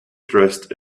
dressed